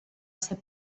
ser